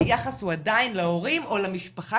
היחס או עדיין להורים ולמשפחה